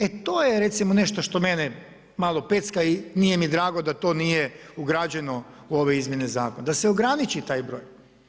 E to je recimo nešto što mene malo pecka i nije mi drago da to nije ugrađeno u ove izmjene zakona, da se ograniči taj broj.